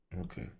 okay